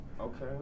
Okay